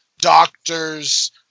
Doctors